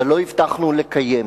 אבל לא הבטחנו לקיים.